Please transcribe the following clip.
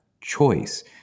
choice